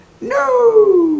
No